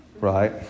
right